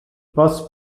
vos